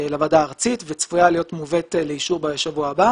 לוועדה הארצית וצפויה להיות מובאת לאישור בשבוע הבא